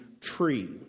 Tree